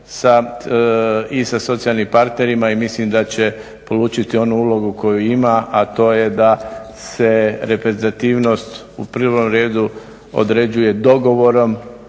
i sa socijalnim partnerima i mislim da će polučiti onu ulogu koju ima, a to je da se reprezentativnost u prvom redu određuje dogovorom